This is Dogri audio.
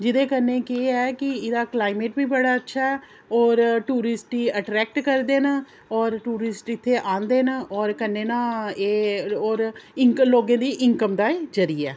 जेह्दे कन्नै केह् ऐ कि एह्दा क्लाईमेट बी बड़ा अच्छा ऐ और टूरिस्ट ई अट्रैक्ट करदे न और टूरिस्ट इत्थै औंदे न और कन्नै ना एह् और इनकम लोंकें दी इनकम दा एह् जरिया ऐ